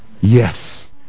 Yes